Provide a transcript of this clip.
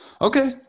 okay